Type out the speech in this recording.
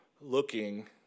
looking